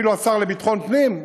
אפילו השר לביטחון פנים,